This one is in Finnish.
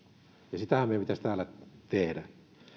ja sitähän meidän pitäisi täällä tehdä